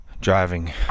driving